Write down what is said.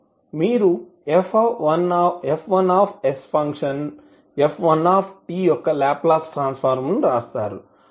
మీరు F1 function f1 యొక్క Laplace transform ను వ్రాస్తారు